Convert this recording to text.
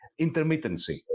intermittency